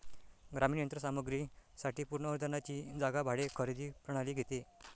ग्रामीण यंत्र सामग्री साठी पूर्ण अनुदानाची जागा भाडे खरेदी प्रणाली घेते